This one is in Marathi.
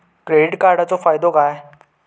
क्रेडिट कार्डाचो फायदो काय?